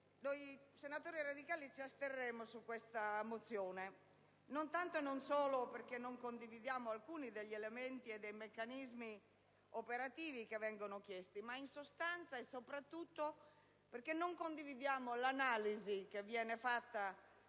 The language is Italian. noi senatori Radicali ci asterremo nel voto su questo ordine del giorno, non tanto e non solo perché non condividiamo alcuni degli elementi e dei meccanismi operativi che vengono chiesti, ma in sostanza e soprattutto perché non condividiamo l'analisi che viene fatta